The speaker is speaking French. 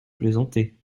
plaisantais